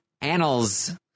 annals